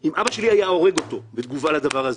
אם אבא שלי היה הורג אותו בתגובה לדבר הזה,